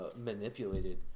manipulated